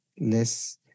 Less